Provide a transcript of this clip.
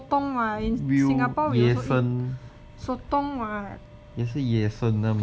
sotong [what] in singapore we also eat sotong [what]